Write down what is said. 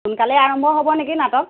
সোনকালে আৰম্ভ হ'ব নেকি নাটক